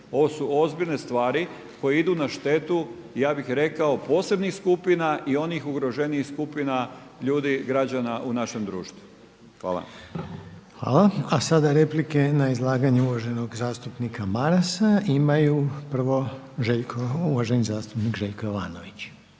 ovo su ozbiljne stvari koje idu na štetu ja bih rekao posebnih skupina i onih ugroženijih skupina ljudi građana u našem društvu. Hvala. **Reiner, Željko (HDZ)** Hvala. A sada replike na izlaganje uvaženog zastupnika Marasa imaju prvo uvaženi zastupnik Željko Jovanović.